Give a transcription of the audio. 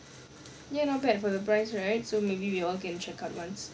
ya not bad for the price right so maybe we all can check out this place